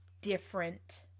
different